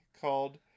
called